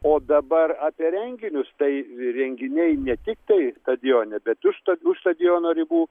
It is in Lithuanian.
o dabar apie renginius tai renginiai ne tik tai stadione bet už už stadiono ribų